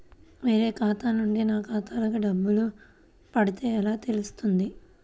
వేరే ఖాతా నుండి నా ఖాతాలో డబ్బులు పడితే ఎలా తెలుస్తుంది?